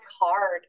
hard